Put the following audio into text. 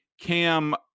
cam